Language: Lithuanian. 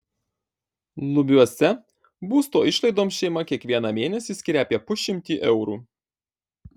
lubiuose būsto išlaidoms šeima kiekvieną mėnesį skiria apie pusšimtį eurų